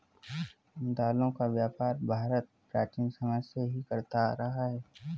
दालों का व्यापार भारत प्राचीन समय से ही करता आ रहा है